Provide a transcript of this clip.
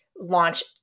launch